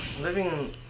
living